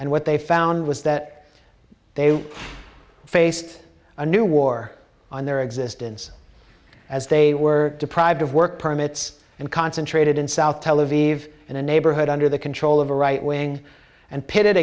and what they found was that they face a new war on their existence as they were deprived of work permits and concentrated in south tel aviv and a neighborhood under the control of a right wing and pitted